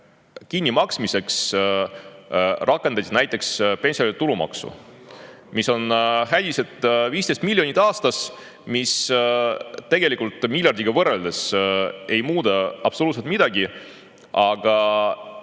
kinnimaksmiseks rakendati näiteks pensionide tulumaksu. Näiliselt see 15 miljonit aastas tegelikult miljardiga võrreldes ei muuda absoluutselt midagi, aga